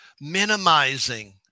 minimizing